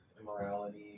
immorality